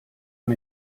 and